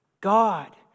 God